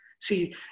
See